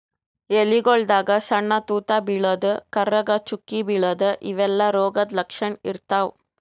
ಎಲಿಗೊಳ್ದಾಗ್ ಸಣ್ಣ್ ತೂತಾ ಬೀಳದು, ಕರ್ರಗ್ ಚುಕ್ಕಿ ಬೀಳದು ಇವೆಲ್ಲಾ ರೋಗದ್ ಲಕ್ಷಣ್ ಇರ್ತವ್